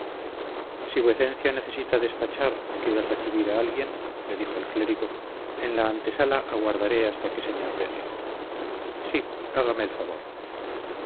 si vuecencia necesita despachar o quiere recibir a alguien le dijo el clérigo en la antesala aguardaré hasta que se me ordene sí hágame el favor